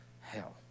hell